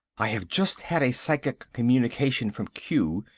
i have just had a psychic communication from q,